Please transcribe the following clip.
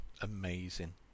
amazing